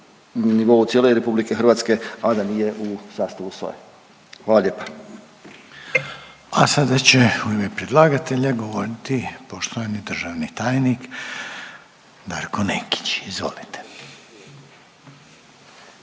nivou cijele RH, a da nije u sastavu SOA-e. Hvala lijepa. **Reiner, Željko (HDZ)** A sada će u ime predlagatelja govoriti poštovani državni tajnik Darko Nekić. Izvolite.